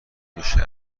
میشی